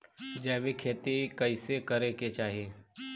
जैविक खेती कइसे करे के चाही?